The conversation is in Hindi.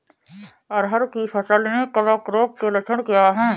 अरहर की फसल में कवक रोग के लक्षण क्या है?